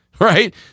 right